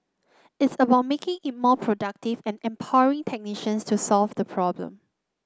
it's about making it more productive and empowering technicians to solve the problem